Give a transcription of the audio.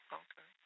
okay